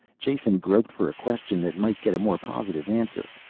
jason groped for a question that might get a more positive answer.